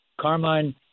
Carmine